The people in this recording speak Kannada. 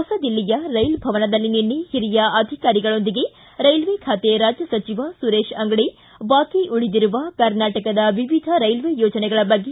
ಹೊಸದಿಲ್ಲಿಯ ರೈಲ್ ಭವನದಲ್ಲಿ ನಿನ್ನೆ ಹಿರಿಯ ಅಧಿಕಾರಿಗಳೊಂದಿಗೆ ರೈಲ್ವೆ ಖಾತೆ ರಾಜ್ಯ ಸಚಿವ ಸುರೇಶ ಅಂಗಡಿ ಬಾಕಿ ಉಳಿದಿರುವ ಕರ್ನಾಟಕದ ವಿವಿಧ ರೈಲ್ವೆ ಯೋಜನೆಗಳ ಬಗ್ಗೆ